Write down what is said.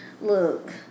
Look